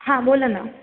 हां बोला ना